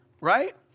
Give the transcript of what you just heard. right